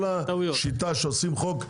כל השיטה שעושים חוק,